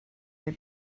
bum